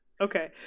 Okay